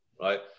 right